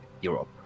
Europe